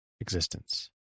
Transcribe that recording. existence